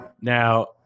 Now